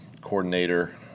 coordinator